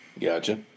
Gotcha